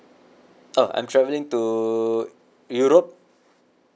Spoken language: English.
oh I'm travelling to europe